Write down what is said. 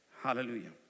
Hallelujah